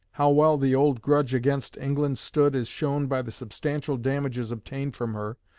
how well the old grudge against england stood is shown by the substantial damages obtained from her,